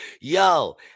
Yo